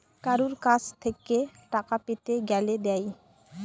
কারুর কাছ থেক্যে টাকা পেতে গ্যালে দেয়